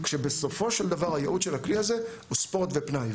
כשבסופו של דבר הייעוד של הכלי הזה הוא ספורט ופנאי.